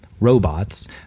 Robots